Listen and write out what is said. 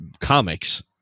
comics